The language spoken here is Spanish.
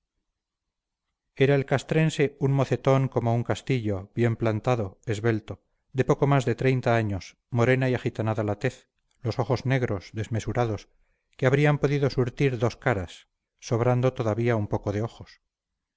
era el castrense un mocetón como un castillo bien plantado esbelto de poco más de treinta años morena y agitanada la tez los ojos negros desmesurados que habrían podido surtir dos caras sobrando todavía un poco de ojos